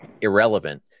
irrelevant